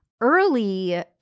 early